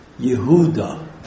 Yehuda